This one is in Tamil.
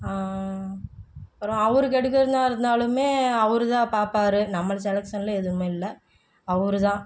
அப்புறம் அவருக்கு எடுக்கிறதாக இருந்தாலும் அவர் தான் பார்ப்பாரு நம்மளை செலெக்ஷன்ல எதுவுமே இல்லை அவர் தான்